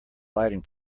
lighting